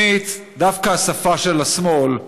שנית, דווקא השפה של השמאל,